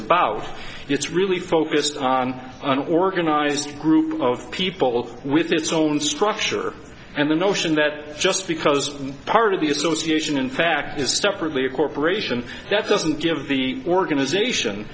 about it's really focused on an organized group of people with its own structure and the notion that just because part of the association in fact is stuff really a corporation that doesn't give the organization